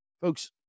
Folks